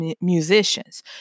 musicians